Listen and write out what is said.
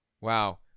Wow